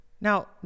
Now